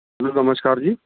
hello ਨਮਸਕਾਰ ਜੀ